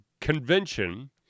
convention